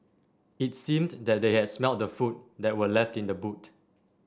it seemed that they had smelt the food that were left in the boot